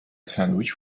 sandwich